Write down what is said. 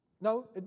No